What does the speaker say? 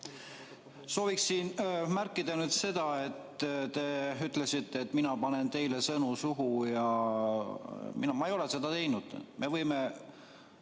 Sooviksin märkida nüüd seda. Te ütlesite, et mina panen teile sõnu suhu. Ma ei ole seda teinud. Me võime